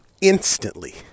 instantly